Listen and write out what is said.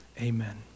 Amen